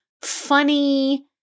funny